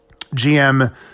GM